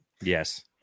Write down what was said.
yes